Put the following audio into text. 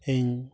ᱤᱧ